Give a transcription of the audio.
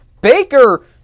Baker